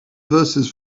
verses